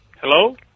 Hello